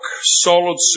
solid